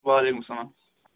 وعلیکُم سلام